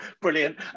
Brilliant